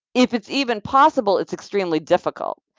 if it's even possible, it's extremely difficult.